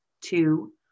two